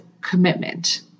commitment